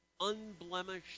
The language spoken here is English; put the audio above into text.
unblemished